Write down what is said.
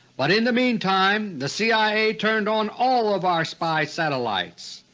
but in the meantime the cia turned on all of our spy satellites.